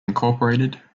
incorporated